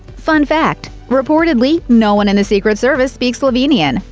fun fact reportedly, no one in the secret service speaks slovenian.